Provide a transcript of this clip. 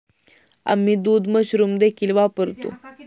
आम्ही दूध मशरूम देखील वापरतो